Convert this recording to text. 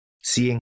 Seeing